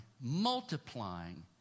multiplying